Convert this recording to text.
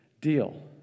deal